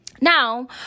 now